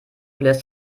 bläst